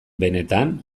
benetan